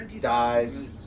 dies